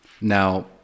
Now